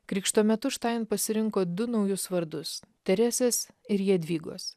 krikšto metu štain pasirinko du naujus vardus teresės ir jadvygos